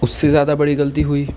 اس سے زیادہ بڑی غلطی ہوئی